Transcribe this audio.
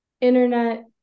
internet